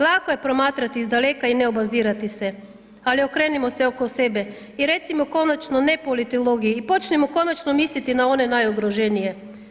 Lako je promatrati iz daleka i neobazirati se ali okrenimo se oko sebe i recimo konačno ne politologiji i počnimo konačno misliti na one najugroženije.